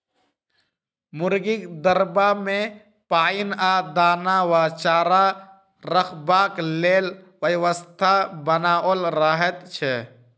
मुर्गीक दरबा मे पाइन आ दाना वा चारा रखबाक लेल व्यवस्था बनाओल रहैत छै